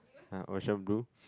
ah ocean blue